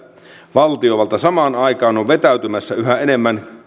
valtiovalta samaan aikaan on vetäytymässä yhä enemmän